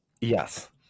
Yes